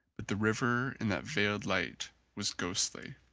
but the river in that veiled light was ghostly.